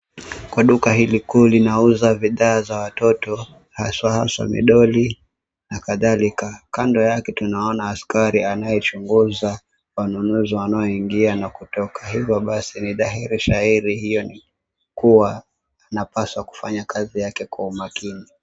Kwa duka hili kuu linauza bidhaa za watoto haswa midoli na kadhalika, kando yake tunaona askari anayechunguza wanunuzu wanaoingia na kutoka , hivyo basi ni dhahiri shahiri hiyo anafaa kufanya kazi yake kwa umakini.